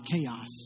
chaos